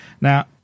Now